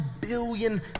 billion